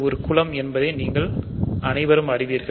ஒரு குலம் என்ன என்பதை நீங்கள் அனைவரும் அறிவீர்கள்